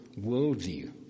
worldview